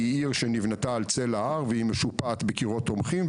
זה עיר שנבנתה על צלע הר והיא משופעת בקירות תומכים,